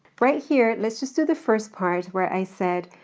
right here, let's just do the first part where i said,